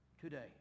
today